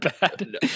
bad